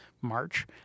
March